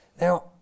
Now